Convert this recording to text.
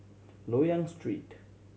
Loyang Street